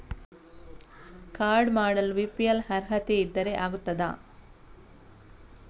Card ಮಾಡಲು BPL ಅರ್ಹತೆ ಇದ್ದರೆ ಆಗುತ್ತದ?